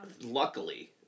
Luckily